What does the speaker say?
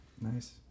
Nice